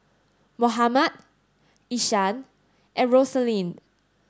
Mohammad Ishaan and Rosalind